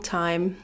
time